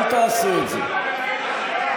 אל תעשה את זה.